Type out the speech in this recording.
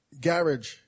Garage